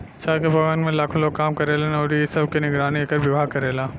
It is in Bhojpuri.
चाय के बगान में लाखो लोग काम करेलन अउरी इ सब के निगरानी एकर विभाग करेला